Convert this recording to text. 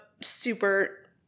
super